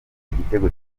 igitego